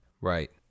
right